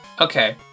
Okay